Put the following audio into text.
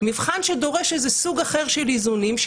מבחן שדורש סוג אחר של איזונים,